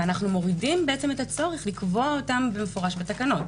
ואנחנו מורידים את הצורך לקבוע אותם במפורש בתקנות,